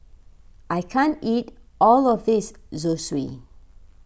I can't eat all of this Zosui